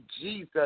Jesus